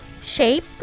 Shape